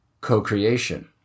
co-creation